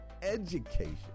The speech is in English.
education